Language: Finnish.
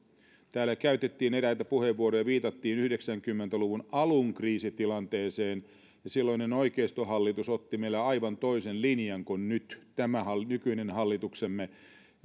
täällä käytettiin eräitä puheenvuoroja viitattiin yhdeksänkymmentä luvun alun kriisitilanteeseen silloinen oikeistohallitus otti meillä aivan toisen linjan kuin nyt tämä nykyinen hallituksemme